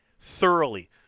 thoroughly